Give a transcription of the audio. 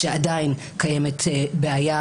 שעדיין קיימת בעיה,